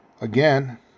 again